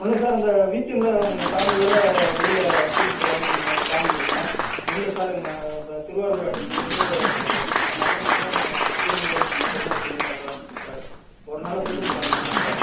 ஒன்றுல்ல சார் அந்த வீக்எண்ட்டில் கொஞ்சம் ஃபேமிலியோட வெளியில ஒரு டூருக்கு போகலான்னு கொஞ்சம் ப்ளான் பண்ணிருக்கோம் ஒன்றுல்ல சார் ம இப்போ திருவாரூர் அட்ரஸ்லேந்து கல்லணைக்கும் ஸ்ரீரங்கம் பெருமாள் கோயிலும் பார்க்கலான்ருக்கோம் சார் ஒரு நாளில் போய்விட்டு வந்துரலாம் முடியுமா சார்